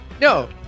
No